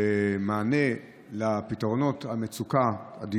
בכל יום מאובחנים בישראל, מאובחנים, כמעט 90 מקרי